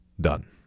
Done